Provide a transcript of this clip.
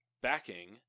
backing